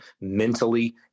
mentally